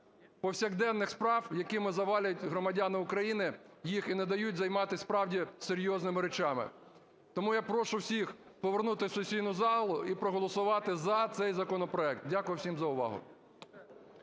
повсякденних справ, якими завалюють громадяни України їх і не дають займатися справді серйозними речами. Тому я прошу всіх повернутися в сесійну залу і проголосувати за цей законопроект. Дякую всім за увагу.